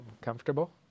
comfortable